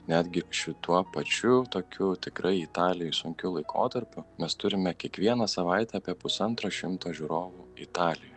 netgi šituo pačiu tokiu tikrai italijoj sunkiu laikotarpiu mes turime kiekvieną savaitę apie pusantro šimto žiūrovų italijoj